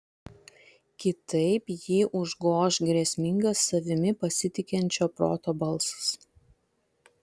kitaip jį užgoš grėsmingas savimi pasitikinčio proto balsas